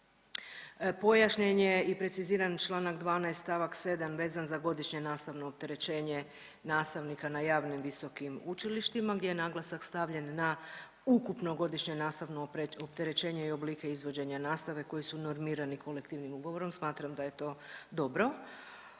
Pojašnjen je i preciziran čl. 12. st. 7. vezan za godišnje nastavno opterećenje nastavnika na javnim i visokim učilištima gdje je naglasak stavljen na ukupno godišnje nastavno opterećenje i oblike izvođenja nastave koji su normirani kolektivnim ugovorom, smatram da je to dobro.